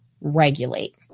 regulate